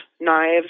knives